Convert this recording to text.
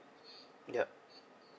yup